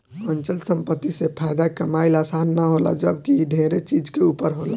अचल संपत्ति से फायदा कमाइल आसान ना होला जबकि इ ढेरे चीज के ऊपर होला